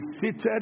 seated